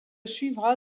suivra